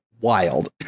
wild